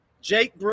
Jake